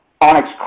Onyx